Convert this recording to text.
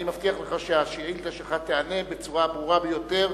אני מבטיח לך שהשאילתא שלך תיענה בצורה הברורה ביותר,